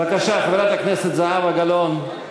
בבקשה, חברת הכנסת זהבה גלאון.